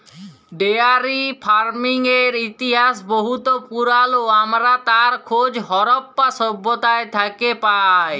dairy ফারমিংয়ের ইতিহাস বহুত পুরাল আমরা তার খোঁজ হরপ্পা সভ্যতা থ্যাকে পায়